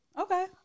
Okay